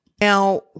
Now